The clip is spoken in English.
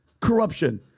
Corruption